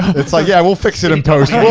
it's like, yeah, we'll fix it in post.